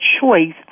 choice